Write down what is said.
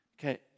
Okay